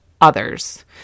others